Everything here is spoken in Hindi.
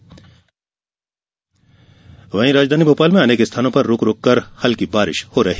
वहीं राज्य की राजधानी भोपाल में अनेक स्थानों पर रूक रूककर हल्की बारिश हो रही